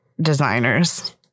Designers